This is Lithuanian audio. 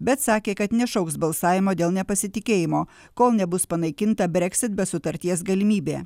bet sakė kad nešauks balsavimo dėl nepasitikėjimo kol nebus panaikinta brexit be sutarties galimybė